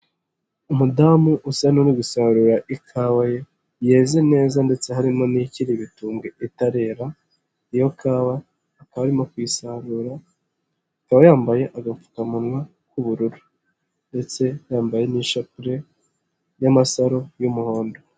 Umudamu usa n'uri gusarura ikawa ye yeze neza ndetse harimo n'ikiri ibitubwe itarera iyo kawa akabarimo kusarura, akaba yambaye agapfukamunwa k'ubururu ndetse yambaye n'ishapule y'amasaro y'umuhondo.